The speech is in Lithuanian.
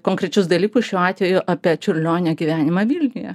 konkrečius dalykus šiuo atveju apie čiurlionio gyvenimą vilniuje